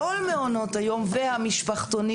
כל מעונות היום והמשפחתונים,